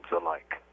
alike